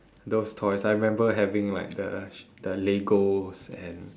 those toys I remember having like the the legos and